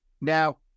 Now